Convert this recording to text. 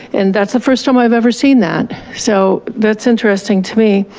and that's the first time i've ever seen that. so that's interesting to me.